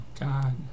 God